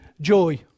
Joy